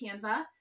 Canva